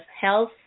health